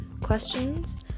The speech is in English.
questions